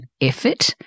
effort